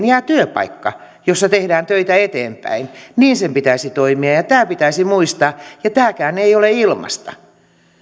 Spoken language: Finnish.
jää työpaikka jossa tehdään töitä eteenpäin niin sen pitäisi toimia ja tämä pitäisi muistaa ja tämäkään ei ole ilmaista